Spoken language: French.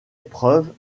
épreuve